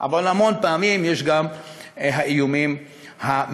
אבל המון פעמים יש גם איומים מדומיינים.